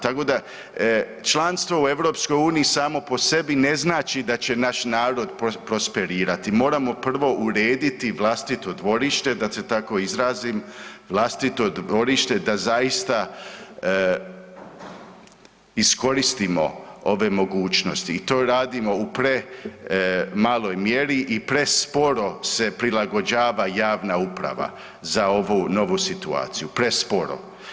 Tako da članstvo u EU samo po sebi ne znači da će naš narod prosperirati, moramo prvo urediti vlastite dvorište, da se tako izrazim, vlastito dvorište da zaista iskoristimo ove mogućnosti i to radimo u premaloj mjeri i presporo se prilagođava javna uprava za ovu novu situaciju, presporo.